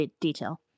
detail